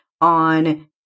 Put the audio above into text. on